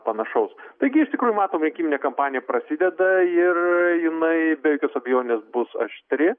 panašaus taigi iš tikrųjų matom rinkiminė kampanija prasideda ir jinai be jokios abejonės bus aštri